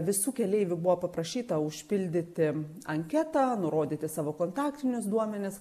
visų keleivių buvo paprašyta užpildyti anketą nurodyti savo kontaktinius duomenis